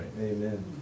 Amen